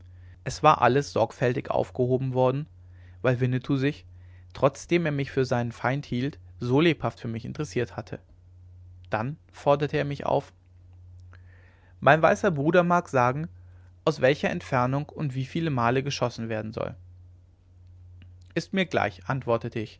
es war alles sorgfältig aufgehoben worden weil winnetou sich trotzdem er mich für seinen feind hielt so lebhaft für mich interessiert hatte dann forderte er mich auf mein weißer bruder mag sagen aus welcher entfernung und wieviel male geschossen werden soll ist mir gleich antwortete ich